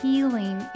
healing